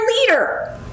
leader